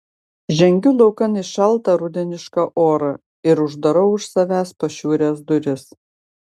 žengiu laukan į šaltą rudenišką orą ir uždarau už savęs pašiūrės duris